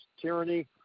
tyranny